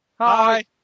Hi